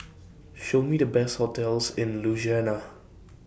Show Me The Best hotels in Ljubljana